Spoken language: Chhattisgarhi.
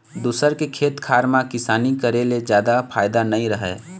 दूसर के खेत खार म किसानी करे ले जादा फायदा नइ रहय